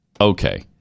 Okay